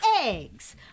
eggs